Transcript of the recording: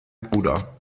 bruder